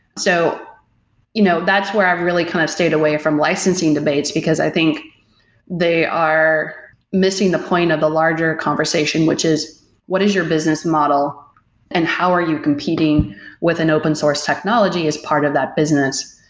so you know that's where i've really kind of stayed away from licensing debates, because i think they are missing the point of the larger conversation, which is what is your business model and how are you competing with an open source technology as part of that business?